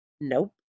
Nope